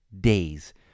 days